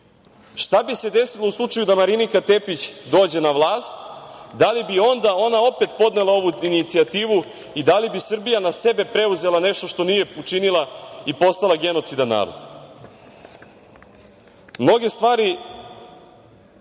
šta bi se desilo u slučaju da Marinika Tepić dođe na vlast, da li bi onda ona opet podnela ovu inicijativu i da li bi Srbija na sebe preuzela nešto što nije učinila i postala genocidan narod? Mnoge stvari